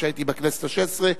כשהייתי בכנסת השש-עשרה,